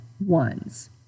ones